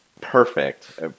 perfect